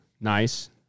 Nice